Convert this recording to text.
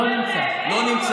למה